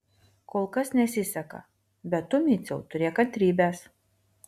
kol kas nesiseka bet tu miciau turėk kantrybės